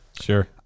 Sure